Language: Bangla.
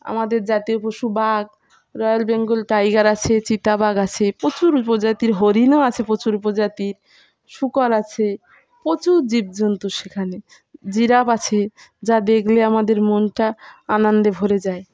আমাদের জাতীয় পশু বাঘ রয়্যাল বেঙ্গল টাইগার আছে চিতাবাঘ আছে প্রচুর উপজাতির হরিণও আছে প্রচুর উপজাতির শুকর আছে প্রচুর জীবজন্তু সেখানে জিরাপ আছে যা দেখলে আমাদের মনটা আনন্দে ভরে যায়